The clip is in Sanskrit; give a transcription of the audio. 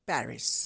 पेरिस्